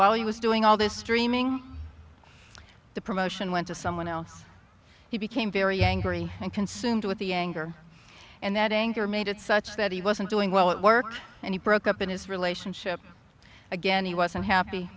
while he was doing all this dreaming the promotion went to someone else he became very angry and consumed with the anger and that anger made it such that he wasn't doing well at work and he broke up in his relationship again he was unhappy